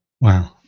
Wow